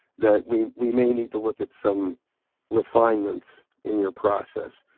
that we we may need to look at some refinements in your process.